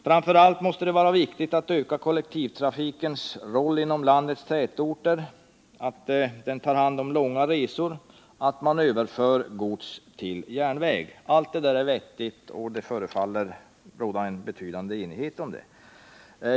Framför allt måste det vara viktigt att öka kollektivtrafikens roll inom landets tätorter, att låta den ta hand om långa resor och att överföra godstransporter till järnväg. Allt det där är vettigt, och det förefaller råda en betydande enighet om det.